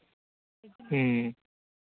ᱦᱮᱸ